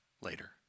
later